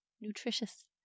Nutritious